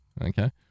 Okay